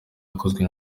yakozwe